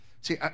See